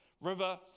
river